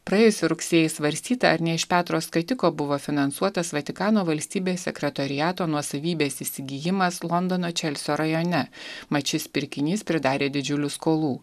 praėjusį rugsėjį svarstyta ar ne iš petro skatiko buvo finansuotas vatikano valstybės sekretoriato nuosavybės įsigijimas londono čelsio rajone mat šis pirkinys pridarė didžiulių skolų